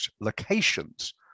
locations